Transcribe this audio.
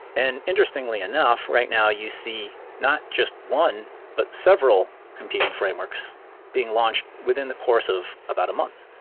and interestingly enough, right now you see not just one, but several competing frameworks being launched within the course of about a month.